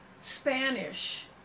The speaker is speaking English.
Spanish